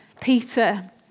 Peter